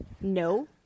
no